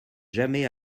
jamais